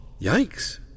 Yikes